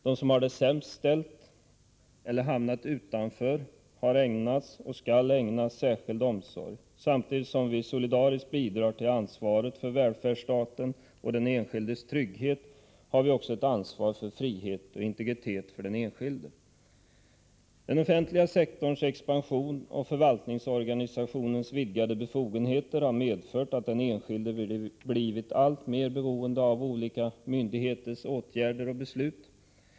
De som har det sämst ställt eller hamnat utanför har ägnats och skall ägnas särskild omsorg. Samtidigt som vi solidariskt bidrar till ansvaret för välfärdsstaten och den enskildes trygghet har vi också ett ansvar för frihet och integritet för den enskilde. Den offentliga sektorns expansion och förvaltningsorganisationens vidgade befogenheter har medfört att den enskilde blivit alltmer beroende av olika myndigheters åtgärder och beslut.